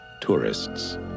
tourists